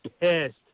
pissed